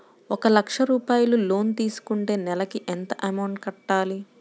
ఒక లక్ష రూపాయిలు లోన్ తీసుకుంటే నెలకి ఎంత అమౌంట్ కట్టాలి?